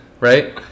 Right